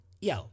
yo